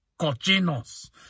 cochinos